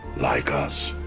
like us,